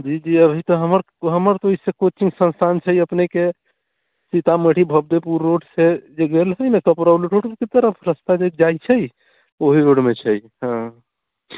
जी जी अभी तऽ हमर हमर तऽ ओइसे कोचिंग संस्थान छै अपनेके सीतामढ़ी भव्यपुर रोडसँ जे गेल हइ ने कपड़ौली रोडके तरफ रस्ता जे जाइत छै ओहि रोडमे छै हँ